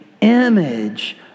image